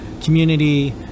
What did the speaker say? community